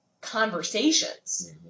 conversations